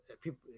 people